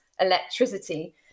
electricity